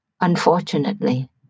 unfortunately